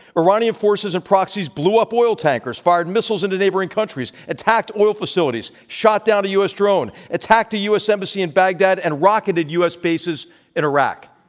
iranian forces and proxies blew up oil tankers, fired missiles into neighboring countries, attacked oil facilities, shot down a u. s. drone, attacked a u embassy in baghdad, and rocketed u. s. bases in iraq.